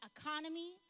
economy